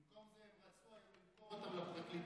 במקום זה הם רצו למכור אותם לפרקליטים.